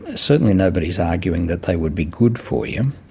ah certainly nobody's arguing that they would be good for you,